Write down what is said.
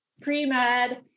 pre-med